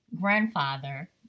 grandfather